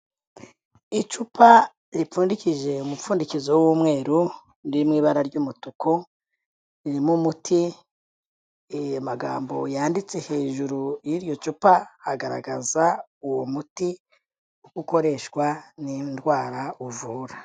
Icupa ripfundikije umupfundikizo w'umweru, riri mu ibara ry'umutuku, ririmo umuti, amagambo yanditse hejuru y'iryo cupa agaragaza uwo muti uko ukoreshwa n'indwara uvura.